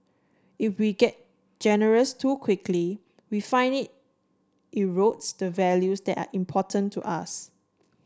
if we get generous too quickly we find it erodes the values that are important to us